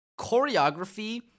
choreography